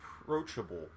approachable